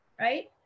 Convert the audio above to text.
Right